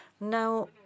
Now